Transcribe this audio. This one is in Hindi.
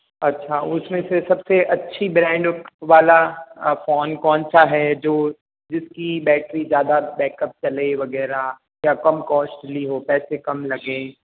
अच्छा उसमें से सबसे अच्छी वाला ब्रैंड वाला फोन कौन सा है जो जिसकी बैटरी ज़्यादा बैकअप चले वगैरह या कम कॉस्टली हो पैसे कम लगे